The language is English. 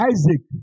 Isaac